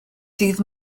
dydd